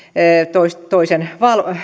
toisen toisen